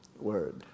word